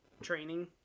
training